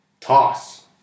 toss